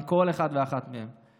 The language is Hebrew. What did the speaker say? עם כל אחד ואחת מהם,